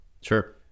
Sure